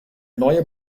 neue